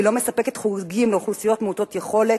כשהיא לא מספקת חוגים לאוכלוסיות מעוטות יכולת,